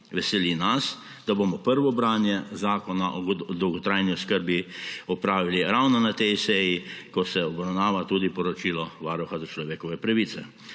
Veseli nas, da bomo prvo branje zakona o dolgotrajni oskrbi opravili ravno na tej seji, ko se obravnava tudi poročilo Varuha človekovih pravic.